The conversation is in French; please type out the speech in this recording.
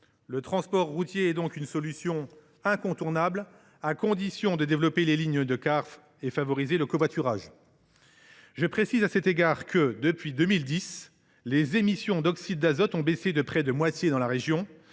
Le transport routier est donc une solution incontournable, à condition de développer les lignes de cars et de favoriser le covoiturage. Je précise à cet égard que, depuis 2010, les émissions d’oxyde d’azote ont baissé de près de moitié dans la région,